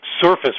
surface